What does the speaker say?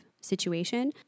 situation